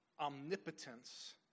omnipotence